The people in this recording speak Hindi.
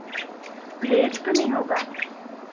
लेट तो नहीं होगा